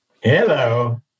Hello